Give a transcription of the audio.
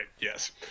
yes